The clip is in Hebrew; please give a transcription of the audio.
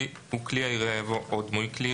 אחרי בעל "כלי הירייה" יבוא "או דמוי כלי